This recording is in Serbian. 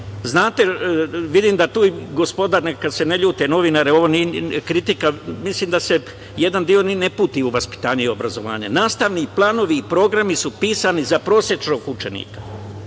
Znate, vidim da tu, gospoda neka se ne ljute novinari, ovo nije kritika, mislim da se jedan deo i ne uputi u obrazovanje i vaspitanje. Nastavni planovi i programi su pisani za prosečnog učenika,